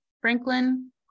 Franklin